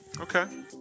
Okay